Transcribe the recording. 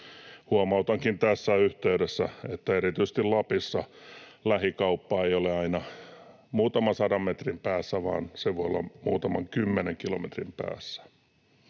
Huomautankin tässä yhteydessä, että erityisesti Lapissa lähikauppa ei ole aina muutaman sadan metrin päässä vaan se voi olla muutaman kymmenen kilometrin päässä.